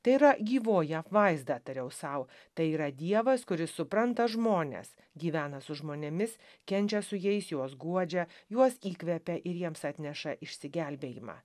tai yra gyvoji apvaizda tariau sau tai yra dievas kuris supranta žmones gyvena su žmonėmis kenčia su jais juos guodžia juos įkvepia ir jiems atneša išsigelbėjimą